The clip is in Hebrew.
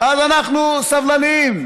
אז אנחנו סבלניים.